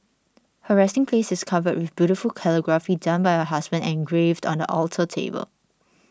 her resting place is covered with beautiful calligraphy done by her husband and engraved on the alter table